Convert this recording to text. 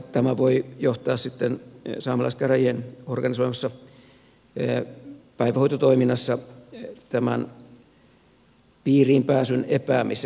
tämä voi johtaa sitten saamelaiskäräjien organisoimassa päivähoitotoiminnassa tämän piiriin pääsyn epäämisen